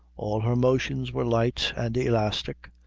all her motions were light and elastic,